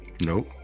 Nope